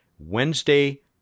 Wednesday